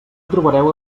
trobareu